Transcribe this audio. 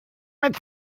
mit